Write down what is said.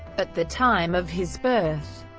but the time of his birth,